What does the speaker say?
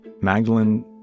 Magdalene